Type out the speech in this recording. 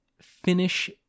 finish